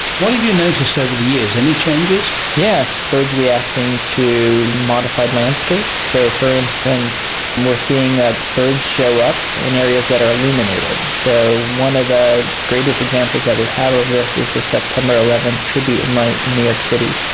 what have you noticed over the years, any changes? yes, birds reacting to modified landscape. so for instance we're seeing that birds show up in areas that are illuminated. so one of the greatest examples that we have of this is the september eleven tribute and light in new york city.